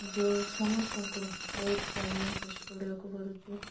ଯେଉଁ ସମସ୍ତଙ୍କୁ ବହୁତ ପ୍ରୋବ୍ଲେମ୍ ଫେସ୍ କରିବାକୁ ପଡ଼ୁଛି